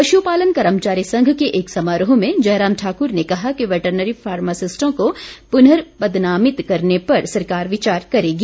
पशुपालन कर्मचारी संघ के एक समारोह में जयराम ठाकुर ने कहा कि वैटनरी फार्मासिस्टों को पुनर्पदनामित करने पर सरकार विचार करेगी